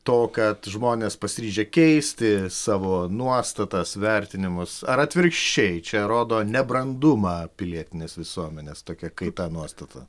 to kad žmonės pasiryžę keisti savo nuostatas vertinimus ar atvirkščiai čia rodo nebrandumą pilietinės visuomenės tokia kaita nuostata